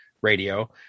radio